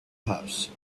house